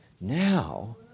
Now